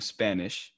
Spanish